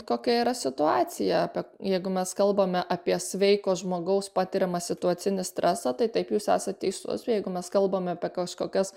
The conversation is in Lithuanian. kokia yra situacija apie jeigu mes kalbame apie sveiko žmogaus patiriamą situacinį stresą tai taip jūs esat teisus jeigu mes kalbame apie kažkokias